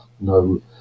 no